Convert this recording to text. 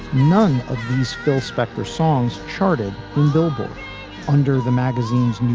none of these phil spector songs charted billboard under the magazine's.